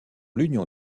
l’union